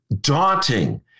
daunting